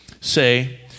say